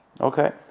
Okay